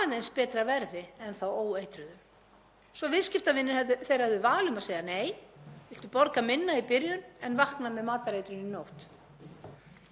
Svo við komum aftur að frumvarpinu sjálfu